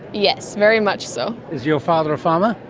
yes, very much so. is your father a farmer?